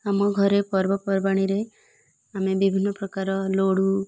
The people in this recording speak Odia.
ଆମ ଘରେ ପର୍ବପର୍ବାଣିରେ ଆମେ ବିଭିନ୍ନ ପ୍ରକାର ଲଡ଼ୁ